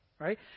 right